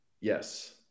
Yes